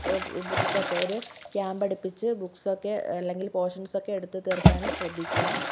ബുക്ക്സൊക്കെ ഒരു ക്യാമ്പടുപ്പിച്ച് ബുക്ക്സൊക്കെ അല്ലെങ്കില് പോര്ഷന്സ് ഒക്കെ എടുത്ത് തീര്ക്കാനും ശ്രദ്ധിക്കുക